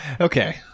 Okay